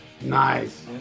Nice